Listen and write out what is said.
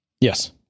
Yes